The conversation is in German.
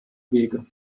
wege